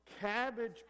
Cabbage